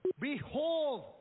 behold